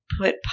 put